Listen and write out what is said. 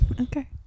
Okay